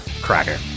cracker